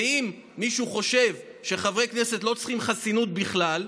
ואם מישהו חושב שחברי כנסת לא צריכים חסינות בכלל,